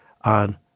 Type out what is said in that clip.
on